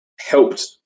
helped